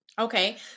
Okay